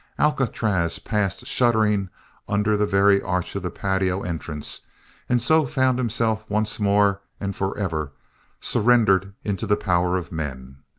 alcatraz passed shuddering under the very arch of the patio entrance and so found himself once more and forever surrendered into the power of men!